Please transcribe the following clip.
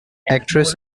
actress